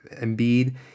Embiid